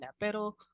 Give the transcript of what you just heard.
Pero